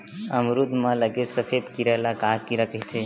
अमरूद म लगे सफेद कीरा ल का कीरा कइथे?